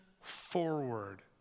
forward